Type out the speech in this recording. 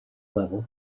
level